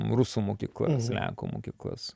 rusų mokyklas lenkų mokyklas